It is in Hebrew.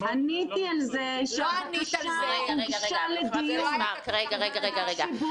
זה שהבקשה הוגשה לשיבוץ.